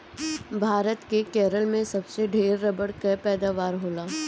भारत के केरल में सबसे ढेर रबड़ कअ पैदावार होला